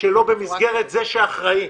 ידי זה שאחראי.